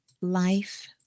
life